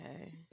Okay